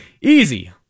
Easy